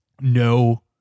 no